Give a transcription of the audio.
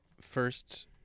first